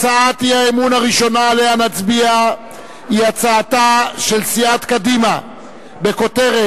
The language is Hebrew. הצעת אי-האמון הראשונה שעליה נצביע היא הצעתה של סיעת קדימה בכותרת: